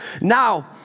now